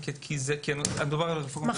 בדיון מחר.